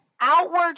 outward